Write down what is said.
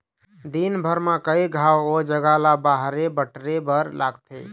दिनभर म कइ घांव ओ जघा ल बाहरे बटरे बर लागथे